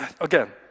again